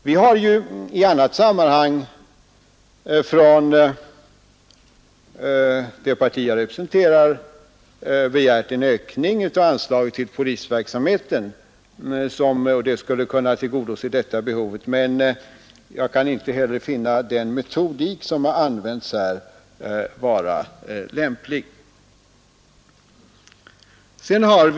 Vi har i annat sammanhang från det parti jag representerar begärt en ökning av anslaget till polisverksamheten, varigenom detta behov skulle kunna tillgodoses, men jag kan inte finna den metodik som har använts i reservationen som lämplig.